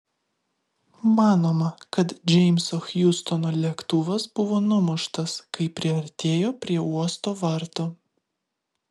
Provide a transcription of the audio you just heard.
manoma kad džeimso hjustono lėktuvas buvo numuštas kai priartėjo prie uosto vartų